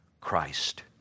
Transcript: Christ